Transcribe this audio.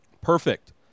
perfect